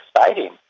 exciting